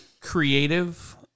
creative